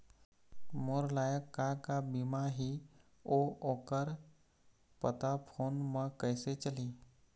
मोर लायक का का बीमा ही ओ कर पता फ़ोन म कइसे चलही?